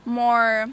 more